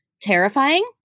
terrifying